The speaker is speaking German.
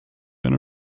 eine